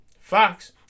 Fox